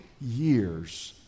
years